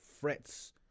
Frets